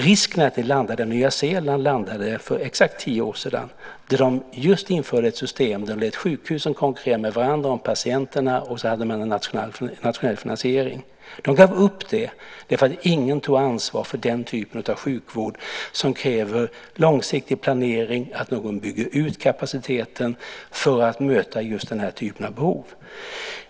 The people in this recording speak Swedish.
Risken är att ni landar där Nya Zeeland landade för exakt tio år sedan då de införde ett system där de just lät sjukhusen konkurrera med varandra om patienterna och hade en nationell finansiering. De gav upp det därför att ingen tog ansvar för den typen av sjukvård som kräver långsiktig planering, att någon bygger ut kapaciteten för att möta just den här typen av vård.